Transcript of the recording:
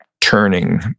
turning